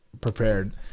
prepared